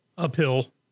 Uphill